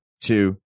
two